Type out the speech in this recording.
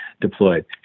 deployed